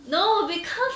no because